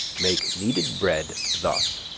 make kneaded bread thus.